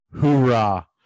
Hoorah